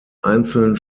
einzeln